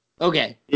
Okay